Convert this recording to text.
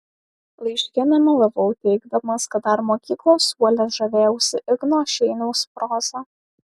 laiške nemelavau teigdamas kad dar mokyklos suole žavėjausi igno šeiniaus proza